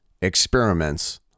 experiments